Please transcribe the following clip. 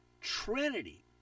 Trinity